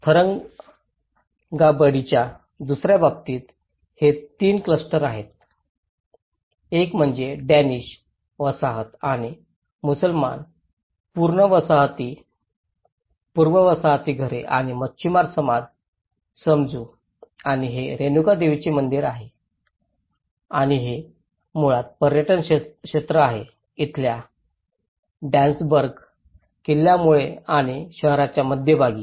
थरंगांबाडीच्या दुसर्या बाबतीत हे तीन क्लस्टर आहेत एक म्हणजे डॅनिश वसाहत आणि मुसलमान पूर्व वसाहती घरे आणि मच्छीमार समाज समजू आणि हे रेणुका देवीचे मंदिर आहे आणि हे मुळात पर्यटन क्षेत्र आहे इथल्या डॅनसबर्ग किल्ल्यामुळे आणि शहराच्या मध्यभागी